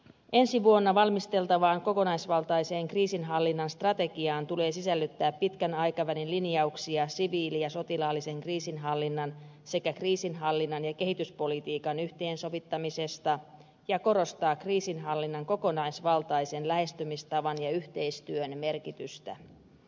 ensi vuonna valmisteltavaan kokonaisvaltaiseen kriisinhallinnan strategiaan tulee sisällyttää pitkän aikavälin linjauksia siviili ja sotilaallisen kriisinhallinnan sekä kriisinhallinnan ja kehityspolitiikan yhteensovittamisesta ja siinä tulee korostaa kriisinhallinnan kokonaisvaltaisen lähestymistavan ja yhteistyön merkitystä